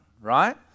right